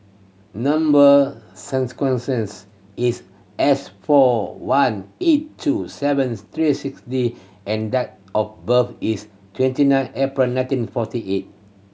number is S four one eight two seven three six D and of birth is twenty nine April nineteen forty eight